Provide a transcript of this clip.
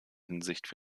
hinsicht